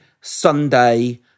Sunday